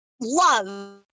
love